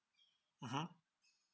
mmhmm